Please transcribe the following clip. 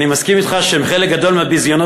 אני מסכים אתך שחלק גדול מהביזיונות